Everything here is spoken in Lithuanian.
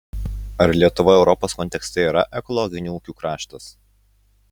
ar lietuva europos kontekste yra ekologinių ūkių kraštas